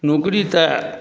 नौकरी तऽ